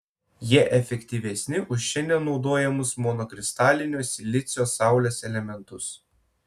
jie efektyvesni už šiandien naudojamus monokristalinio silicio saulės elementus